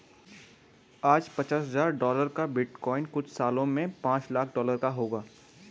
आज पचास हजार डॉलर का बिटकॉइन कुछ सालों में पांच लाख डॉलर का होगा